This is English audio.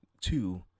two